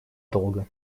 долго